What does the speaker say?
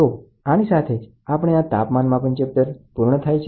તો આની સાથે જ આપણે આ તાપમાન માપન ચેપ્ટર પૂર્ણ થાય છે